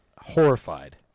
horrified